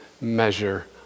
measure